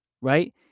right